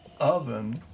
oven